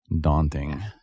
daunting